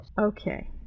Okay